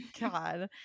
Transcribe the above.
God